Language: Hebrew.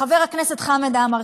חבר הכנסת חמד עמאר,